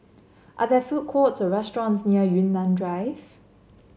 are there food courts or restaurants near Yunnan Drive